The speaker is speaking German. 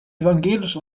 evangelisch